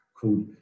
called